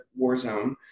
Warzone